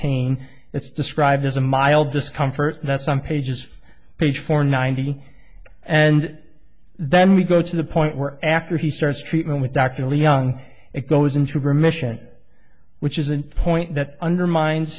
pain it's described as a mild discomfort that some pages page for ninety and then we go to the point where after he starts treatment with doc you know young it goes into remission which isn't the point that undermines